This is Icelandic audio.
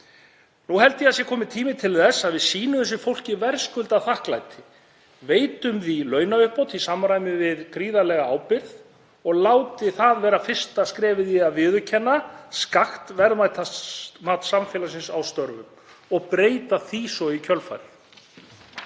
Nú held ég að það sé kominn tími til þess að við sýnum þessu fólki verðskuldað þakklæti, veitum því launauppbót í samræmi við gríðarlega ábyrgð og látum það verða fyrsta skrefið í að viðurkenna skakkt verðmætamat samfélagsins á störfum og breyta því svo í kjölfarið.